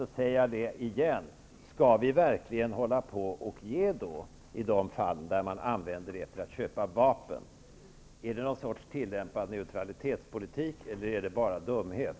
Jag vill än en gång säga: Skall vi verkligen hålla på och ge bistånd i de fall där man använder det till att köpa vapen? Är det någon sorts tillämpad neutralitetspolitik, eller är det bara dumhet?